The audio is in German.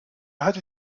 hatte